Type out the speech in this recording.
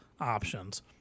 options